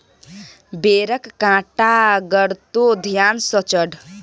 बेरक कांटा गड़तो ध्यान सँ चढ़